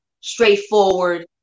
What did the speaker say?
straightforward